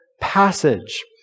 passage